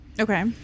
Okay